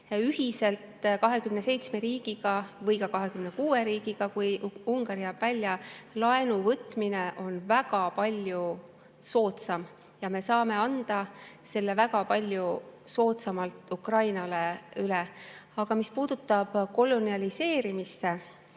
Ühiselt 27 või ka 26 riigiga, kui Ungari jääb välja, laenuvõtmine on väga palju soodsam ja me saame anda selle väga palju soodsamalt Ukrainale üle. Aga mis puutub koloniseerimisse,